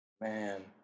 Man